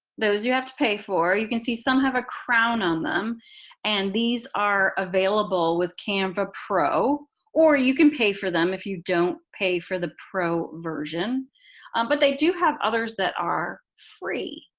those you have to pay for. you can see some have a crown on them and these are available with canva pro or you can pay for them if you don't pay for the pro version but they do have others that are free.